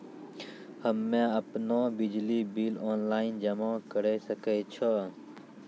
हम्मे आपनौ बिजली बिल ऑनलाइन जमा करै सकै छौ?